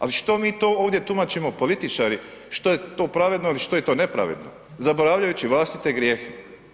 Ali što mi to ovdje tumačimo političari, što je to pravedno, a što je to nepravedno, zaboravljajući vlastite grijehe?